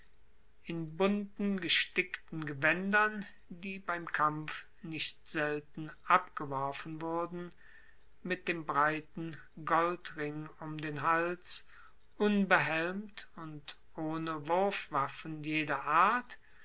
in bunten gestickten gewaendern die beim kampf nicht selten abgeworfen wurden mit dem breiten goldring um den hals unbehelmt und ohne wurfwaffen jeder art